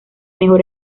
mejor